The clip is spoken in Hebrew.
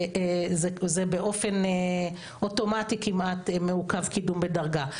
שבאופן אוטומטי כמעט מעוכב קידום בדרגה,